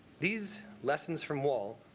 these lessons from wall